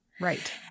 Right